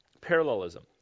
parallelism